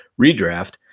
redraft